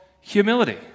humility